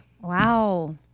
Wow